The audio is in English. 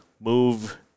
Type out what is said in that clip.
move